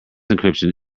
encryption